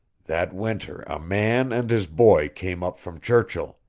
that winter a man and his boy came up from churchill.